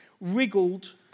wriggled